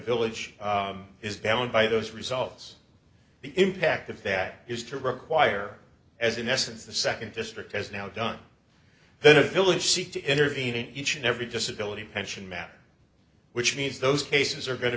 privilege is bound by those results the impact of that is to require as in essence the second district has now done then a village seek to intervene in each and every disability pension matter which means those cases are going to